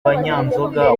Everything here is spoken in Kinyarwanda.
banyanzoga